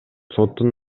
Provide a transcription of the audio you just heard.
соттун